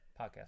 podcast